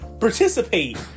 participate